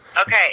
okay